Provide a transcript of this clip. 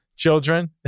Children